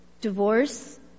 divorce